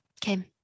Kim